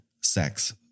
sex